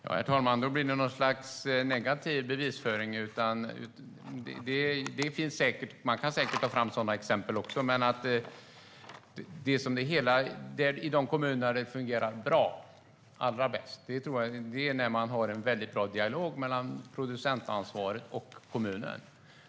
Herr talman! Då blir det något slags negativ bevisföring. Det finns säkert sådana exempel också. De kommuner där det fungerar allra bäst är där det finns en bra dialog mellan de som har producentansvaret och kommunen.